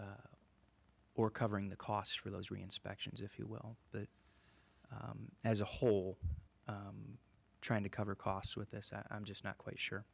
e or covering the costs for those re inspections if you will that as a whole trying to cover costs with this i'm just not quite sure